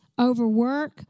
overwork